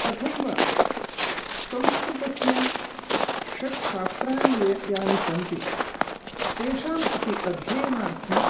तथैव संस्कृतस्य षट् शास्त्राणि ये यानि सन्ति तेषाम् अपि अध्ययनार्थं